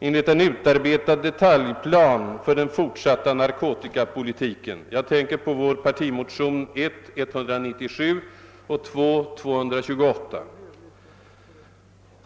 enligt en utarbetad detaljplan för den fortsatta narkotikapolitiken — jag tänker på vår partimotion I: 197 och II: 228.